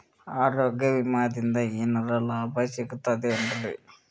ಆರೋಗ್ಯ ವಿಮಾದಿಂದ ಏನರ್ ಲಾಭ ಸಿಗತದೇನ್ರಿ?